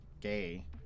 gay